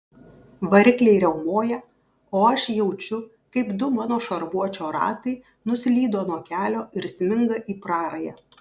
varikliai riaumoja o aš jaučiu kaip du mano šarvuočio ratai nuslydo nuo kelio ir sminga į prarają